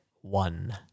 one